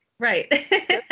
Right